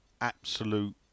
absolute